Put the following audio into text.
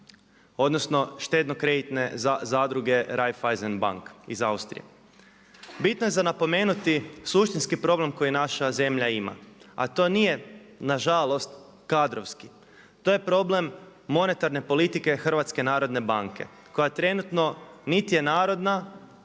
odnosno štedno-kreditne zadruge Raiffeisen bank iz Austrije. Bitno je za napomenuti suštinski problem koji naša zemlja ima a to nije nažalost kadrovski, to je problem monetarne politike Hrvatske narodne banke koja trenutno nit je narodna,